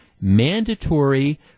mandatory